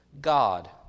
God